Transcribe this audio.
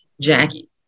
Jackie